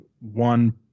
one